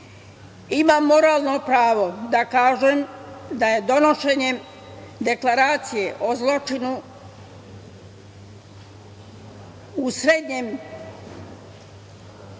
moralno pravo da kažem da je donošenjem Deklaracije o zločinu u Srebrenici